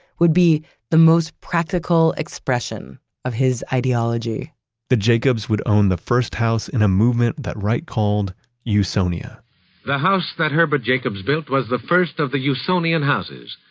would be the most practical expression of his ideology the jacobs would own the first house in a movement that wright called usonia the house that herbert jacobs built was the first of the usonian houses.